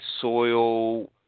soil